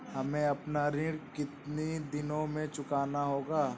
हमें अपना ऋण कितनी दिनों में चुकाना होगा?